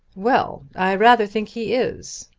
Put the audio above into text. well i rather think he is.